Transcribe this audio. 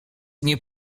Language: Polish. nie